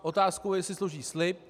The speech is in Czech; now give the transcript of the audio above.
Otázku je, jestli složí slib.